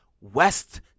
West